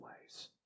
ways